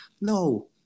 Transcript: no